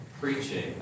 preaching